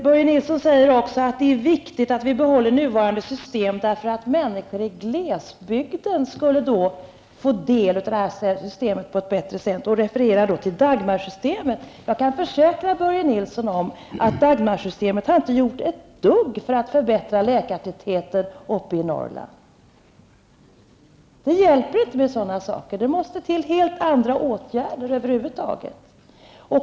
Börje Nilsson säger också att det är viktigt att vi behåller nuvarande system därför att människor i glesbygden får del av systemet på ett bättre sätt, och han refererar till Dagmarsystemet. Jag kan försäkra Börje Nilsson att Dagmarsystemet inte har gjort ett dugg för att förbättra läkartätheten uppe i Norrland. Det hjälper inte med sådana system, utan det måste till helt andra åtgärder.